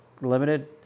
limited